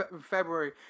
February